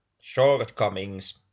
shortcomings